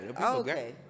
Okay